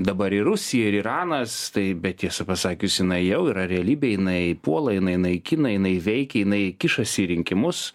dabar ir rusija ir iranas taip bet tiesą pasakius jinai jau yra realybė jinai puola jinai naikina jinai veikia jinai kišasi į rinkimus